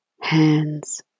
hands